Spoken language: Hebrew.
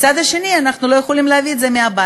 מצד שני, אנחנו לא יכולים להביא את זה מהבית.